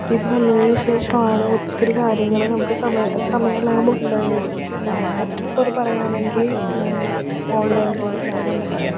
ഇത് വന്നതിന് ശേഷമാണ് ഒത്തിരി കാര്യങ്ങൾ നമുക്ക് സമയ സമയ ലാഭം ഉണ്ടായത് അത് ഫസ്റ്റ് ഓഫ് ഓൾ പറയുകയാണെങ്കിൽ ഓൺലൈൻ ക്ലാസ്സ് അത് തന്നെ പറയാം